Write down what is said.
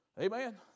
Amen